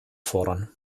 fordern